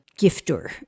gifter